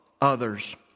others